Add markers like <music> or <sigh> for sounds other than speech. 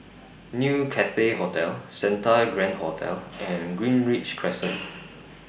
New Cathay Hotel Santa Grand Hotel and Greenridge Crescent <noise>